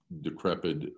decrepit